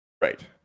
right